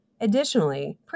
Additionally